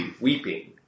weeping